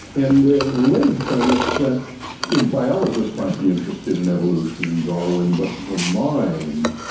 and a related premise that biologists might be interested in evolution and darwin, but the mind,